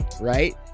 right